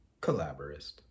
collaborist